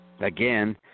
Again